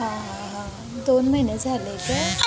हां हां हां दोन महिने झाले काय